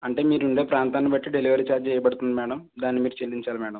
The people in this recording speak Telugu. అంటే మీరు ఉండే ప్రాంతాన్ని బట్టి డెలివరీ ఛార్జ్ చేయబడుతుంది మ్యాడమ్ దాన్ని మీరు చెల్లించాలి మ్యాడమ్